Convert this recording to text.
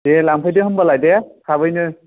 दे लांफैदो होनबालाय दे थाबैनो